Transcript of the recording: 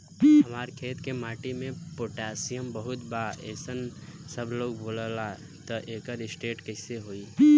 हमार खेत के माटी मे पोटासियम बहुत बा ऐसन सबलोग बोलेला त एकर टेस्ट कैसे होई?